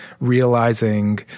realizing